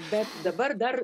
bet dabar dar